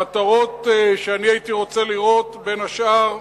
המטרות שאני הייתי רוצה לראות, בין השאר,